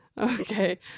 Okay